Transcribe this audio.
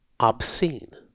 Obscene